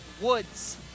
Woods